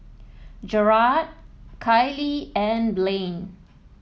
Jerrad Kailee and Blaine